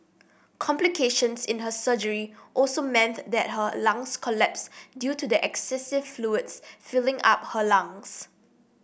complications in her surgery also meant that her lungs collapsed due to excessive fluids filling up her lungs